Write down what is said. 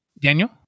Daniel